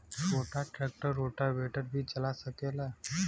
छोटा tractor rotavator भी चला सकेला?